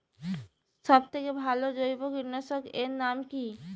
সব থেকে ভালো জৈব কীটনাশক এর নাম কি?